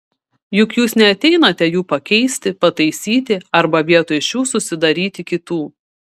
juk jūs neateinate jų pakeisti pataisyti arba vietoj šių susidaryti kitų